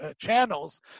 channels